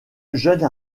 jeunes